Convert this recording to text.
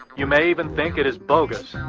you may even think it is bogus.